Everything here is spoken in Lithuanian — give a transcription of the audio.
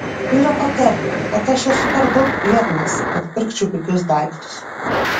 yra patarlė kad aš esu per daug biednas kad pirkčiau pigius daiktus